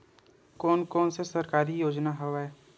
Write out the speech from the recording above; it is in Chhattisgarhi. कोन कोन से सरकारी योजना हवय?